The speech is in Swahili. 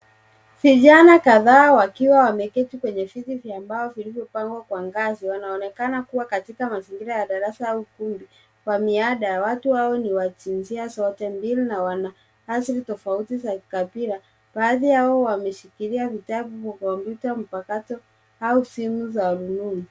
Vijana kadhaa wakiwa wameketi kwenye viti vya mbao vilivyopangwa kwa ngazi wanaonekana kuwa katika mazingira ya darasa au skuli . Kwa miada, watu hao ni wa jinsia zote mbili na wana asili tofauti ya ukabila. Baadhi yao wameshikilia vitabu na kompyuta mpakato au simu za rununu.